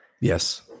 Yes